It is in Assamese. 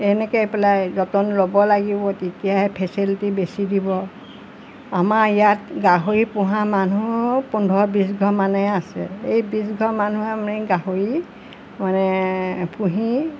এনেকৈ পেলাই যতন ল'ব লাগিব তেতিয়াহে ফেচিলিটি বেছি দিব আমাৰ ইয়াত গাহৰি পোহা মানুহ পোন্ধৰ বিছঘৰমানহে আছে এই বিছঘৰ মানুহে আমি গাহৰি মানে পুহি